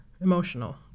emotional